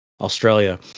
Australia